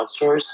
outsource